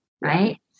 Right